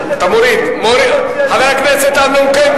פעולות למען הכשרות,